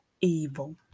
evil